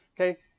Okay